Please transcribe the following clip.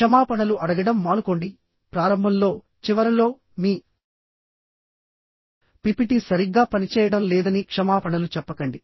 క్షమాపణలు అడగడం మానుకోండి ప్రారంభంలో చివరలో మీ పిపిటి సరిగ్గా పనిచేయడం లేదని క్షమాపణలు చెప్పకండి